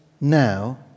now